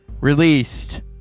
Released